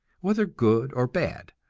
whether good or bad.